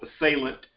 assailant